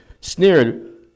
sneered